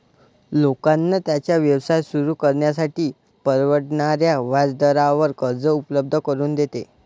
लोकांना त्यांचा व्यवसाय सुरू करण्यासाठी परवडणाऱ्या व्याजदरावर कर्ज उपलब्ध करून देते